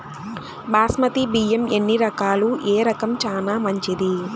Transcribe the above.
బాస్మతి బియ్యం ఎన్ని రకాలు, ఏ రకం చానా మంచిది?